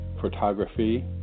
photography